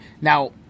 Now